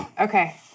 okay